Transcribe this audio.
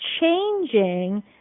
changing